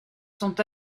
sont